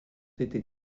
été